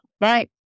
Right